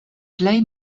plej